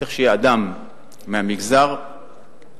צריך שיהיה אדם מהמגזר שידע.